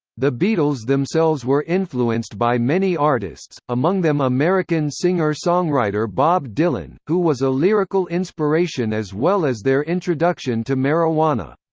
the beatles themselves were influenced by many artists, among them american singer-songwriter bob dylan, who was a lyrical inspiration as well as their introduction to marijuana.